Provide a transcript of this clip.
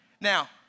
Now